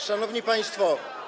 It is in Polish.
Szanowni Państwo!